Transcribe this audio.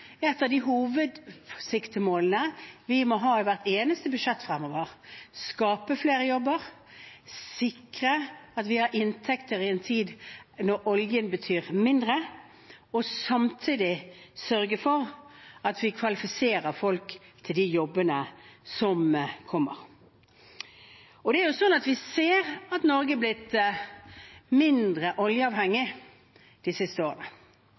et av hovedsiktemålene vi må ha i hvert eneste budsjett fremover: skape flere jobber, sikre at vi har inntekter i en tid da oljen betyr mindre, og samtidig sørge for at vi kvalifiserer folk for de jobbene som kommer. Vi ser at Norge er blitt mindre oljeavhengig de siste